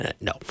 No